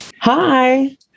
Hi